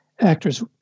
actors